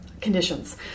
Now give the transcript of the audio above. conditions